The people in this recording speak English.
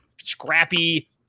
scrappy